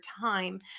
time